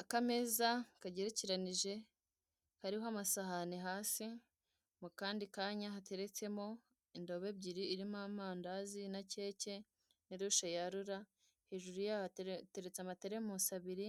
Akameza kagerekeranije kariho amasahani hasi mu kandi kanya hateretsemo indobo ebyiri irimo amandazi na keke na rushe yarura hejuru yaho hatertse terimusi abiri